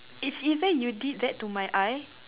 it's either you did that to my eye